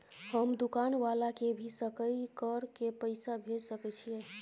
हम दुकान वाला के भी सकय कर के पैसा भेज सके छीयै?